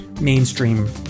mainstream